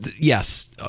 yes